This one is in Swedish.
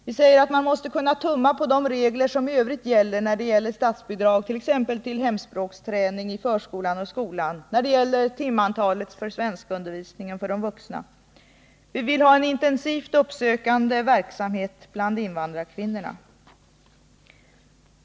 Vi säger att man måste kunna tumma på de regler som gäller i övrigt för statsbidrag, t.ex. till hemspråksträning i förskola och skola, och för timantalet i svenskundervisningen för de vuxna. Vi vill ha en intensiv uppsökande verksamhet bland invandrarkvinnorna.